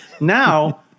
Now